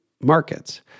markets